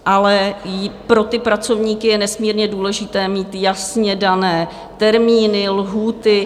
Ale pro ty pracovníky je nesmírně důležité mít jasně dané termíny, lhůty.